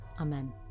Amen